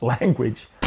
language